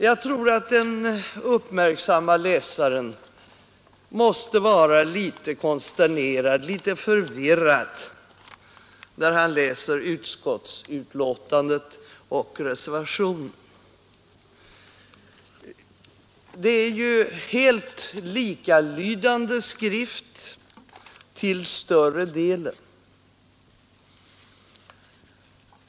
Jag tror att den uppmärksamme läsaren måste bli litet konsternerad när han läser utskottets hemställan och reservationen. Det är ju en helt likalydande skrift till större delen.